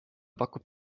pakub